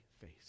face